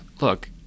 look